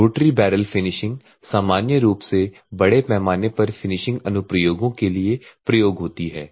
तो rotary barrel finishing सामान्य रूप से बड़े पैमाने पर फिनिशिंग अनुप्रयोगों के लिए प्रयोग होती है